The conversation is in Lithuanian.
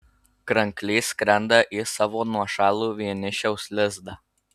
kranklys skrenda į savo nuošalų vienišiaus lizdą